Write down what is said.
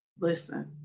Listen